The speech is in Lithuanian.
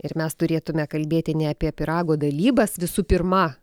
ir mes turėtume kalbėti ne apie pyrago dalybas visų pirma